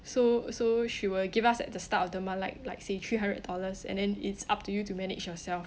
so so she will give us at the start of the month like like say three hundred dollars and then it's up to you to manage yourself